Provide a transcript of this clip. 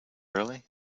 early